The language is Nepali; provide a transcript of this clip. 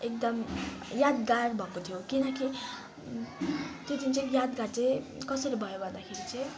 एकदम यादगार भएको थियो किन कि त्यो दिन चाहिँ यादगार चाहिँ कसरी भयो भन्दाखेरि चाहिँ